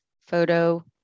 photo